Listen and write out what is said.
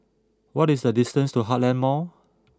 what is the distance to Heartland Mall